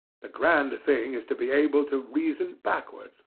the grand thing is to be able to reason backwards.